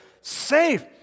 safe